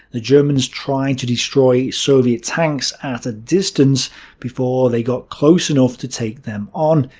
the germans tried to destroy soviet tanks at a distance before they got close enough to take them on,